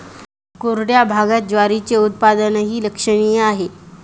कोरड्या भागात बाजरीचे उत्पादनही लक्षणीय आहे